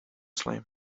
slam